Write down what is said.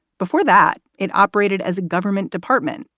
before that, it operated as a government department,